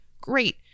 Great